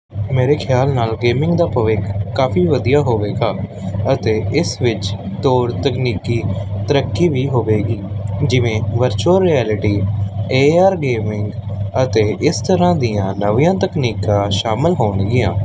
ਮੇਰੇ ਖਿਆਲ ਨਾਲ ਗੇਮਿੰਗ ਦਾ ਭਵਿੱਖ ਕਾਫੀ ਵਧੀਆ ਹੋਵੇਗਾ ਅਤੇ ਇਸ ਵਿੱਚ ਤੋਰ ਤਕਨੀਕੀ ਤਰੱਕੀ ਵੀ ਹੋਵੇਗੀ ਜਿਵੇਂ virtual reality A R gaming ਅਤੇ ਇਸ ਤਰ੍ਹਾਂ ਦੀਆਂ ਨਵੀਆਂ ਤਕਨੀਕਾਂ ਸ਼ਾਮਿਲ ਹੋਣਗੀਆਂ